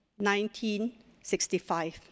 1965